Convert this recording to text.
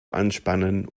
anspannen